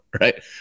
right